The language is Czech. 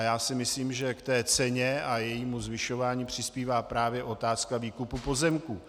Já si myslím, že k té ceně a jejímu zvyšování přispívá právě otázka výkupu pozemků.